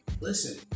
Listen